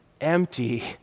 empty